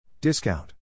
Discount